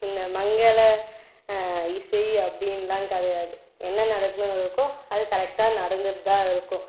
இந்த மங்கள இசை அப்படின்லாம் கிடையாது என்ன நடக்கணும்னு இருக்கோ அது கரெக்டாக நடந்துகிட்டுதான் இருக்கும்